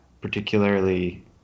particularly